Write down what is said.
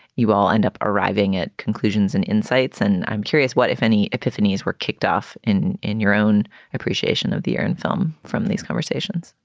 you all end up arriving at conclusions and insights. and i'm curious what, if any, epiphanies were kicked off in in your own appreciation of the irn film from these conversations?